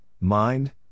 mind